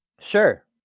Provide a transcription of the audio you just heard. Sure